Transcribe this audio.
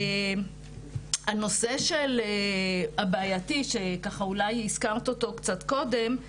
הנושא הבעייתי שאולי הזכרת אותו קצת קודם,